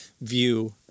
view